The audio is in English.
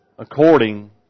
According